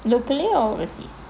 locally or overseas